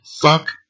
fuck